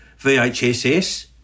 VHSS